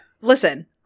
Listen